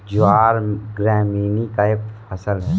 ज्वार ग्रैमीनी का फसल है